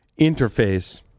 interface